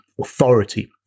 authority